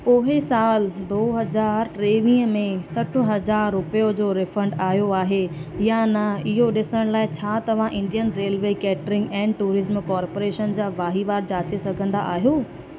पोएं साल दो हज़ार टेवीह में सठ हज़ार रुपियो जो रीफंड आयो आहे या न इहो ॾिसण लाइ छा तव्हां Indian railway catering and tourism corporation जा वहिंवार जांचे सघंदा आहियो